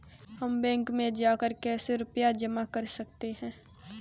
हम बैंक में जाकर कैसे रुपया जमा कर सकते हैं?